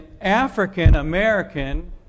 African-American